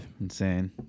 Insane